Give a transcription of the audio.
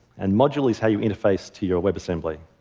and module is how you interface to your webassembly.